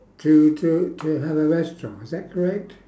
to to to have a restaurant is that correct